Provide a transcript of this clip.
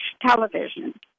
television